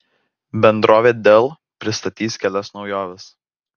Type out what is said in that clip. bendrovė dell pristatys kelias naujoves